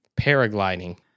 Paragliding